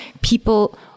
people